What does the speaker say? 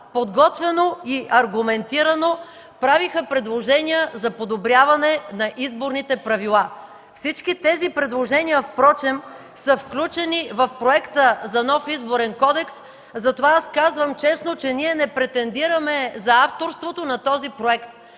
подготвено и аргументирано правеха предложения за подобряване на изборните правила. Всички тези предложения, впрочем, са включени в Проекта за нов Изборен кодекс затова аз казвам честно, че ние не претендираме за авторството на този проект.